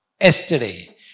yesterday